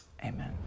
Amen